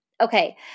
Okay